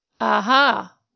aha